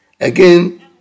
Again